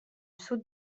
sud